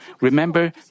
remember